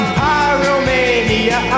pyromania